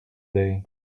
day